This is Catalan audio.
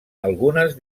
algunes